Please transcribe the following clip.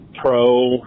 pro